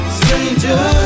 stranger